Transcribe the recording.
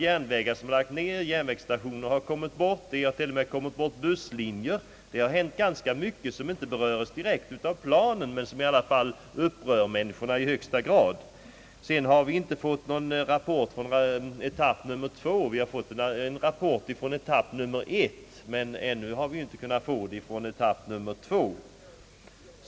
Järnvägar har lagts ned, järnvägsstationer har kommit bort, till och med busslinjer har kommit bort. Det har hänt ganska mycket som inte direkt berörs av planen men som upprör människorna i högsta grad. Vi har fått en rapport från etapp nr 1, men vi har inte fått någon rapport från etapp nr 2.